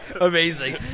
Amazing